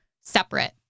separate